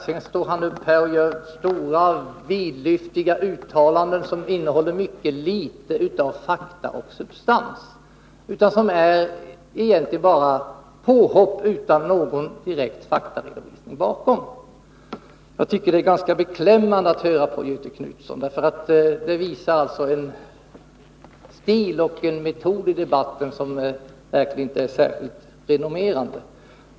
Sedan står han upp och gör vidlyftiga uttalanden som innehåller mycket litet av fakta och substans. Det är egentligen bara påhopp utan någon direkt Jag tycker att det är ganska beklämmande att lyssna till Göthe Knutson, för han använder en metod i debatten som verkligen inte är renommerande.